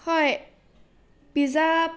হয় পিজ্জা